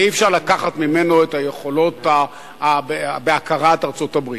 ואי-אפשר לקחת ממנו את היכולות בהכרת ארצות-הברית.